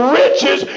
riches